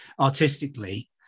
artistically